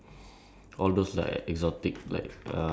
like imagine feeding a lion or something